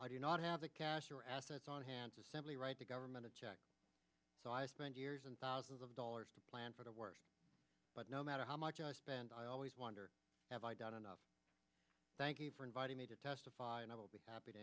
i do not have the cash or assets on hand to simply write the government a check so i spend years and thousands of dollars to plan for the worst but no matter how much i spend i always wonder have i done enough thank you for inviting me to testify and i will be happy to